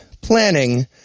planning